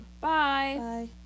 Bye